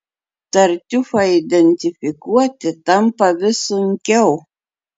tartiufą identifikuoti tampa vis sunkiau